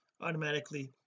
automatically